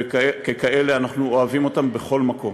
וככאלה אנחנו אוהבים אותם בכל מקום